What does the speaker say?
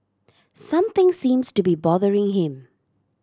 something seems to be bothering him